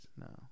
No